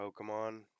Pokemon